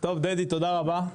תודה רבה.